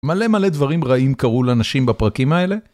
מלא מלא דברים רעים קרו לאנשים בפרקים האלה.